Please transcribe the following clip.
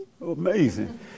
Amazing